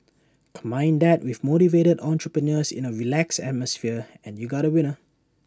combine that with motivated entrepreneurs in A relaxed atmosphere and you got A winner